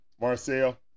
Marcel